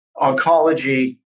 oncology